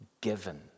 given